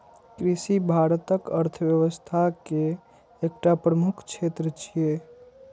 कृषि भारतक अर्थव्यवस्था के एकटा प्रमुख क्षेत्र छियै